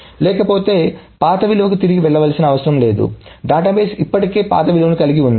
లేకపోతే పాత విలువకు తిరిగి వెళ్లవలసిన అవసరం లేదు ఎందుకంటే డేటాబేస్ ఇప్పటికే పాత విలువను కలిగి ఉంది